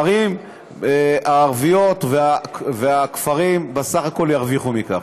הערים הערביות והכפרים בסך הכול ירוויחו מכך.